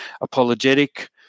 apologetic